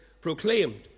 proclaimed